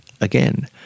again